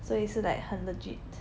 所以是 like 很 legit